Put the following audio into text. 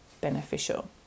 beneficial